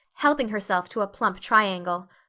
helping herself to a plump triangle,